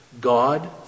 god